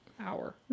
hour